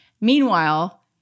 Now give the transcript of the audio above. Meanwhile